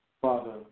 Father